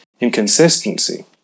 inconsistency